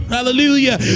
Hallelujah